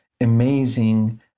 amazing